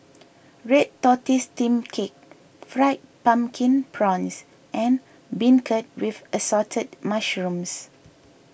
Red Tortoise Steamed Cake Fried Pumpkin Prawns and Beancurd with Assorted Mushrooms